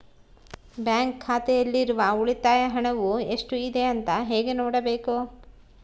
Bank ಖಾತೆಯಲ್ಲಿರುವ ಉಳಿತಾಯ ಹಣವು ಎಷ್ಟುಇದೆ ಅಂತ ಹೇಗೆ ನೋಡಬೇಕು?